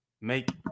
make